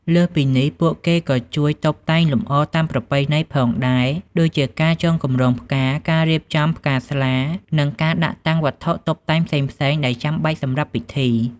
លើសពីនេះ ពួកគេក៏ជួយ តុបតែងលម្អតាមប្រពៃណី ផងដែរ ដូចជាការចង កម្រងផ្កា ការរៀបចំ ផ្កាស្លា និងការដាក់តាំង វត្ថុតុបតែងផ្សេងៗ ដែលចាំបាច់សម្រាប់ពិធី។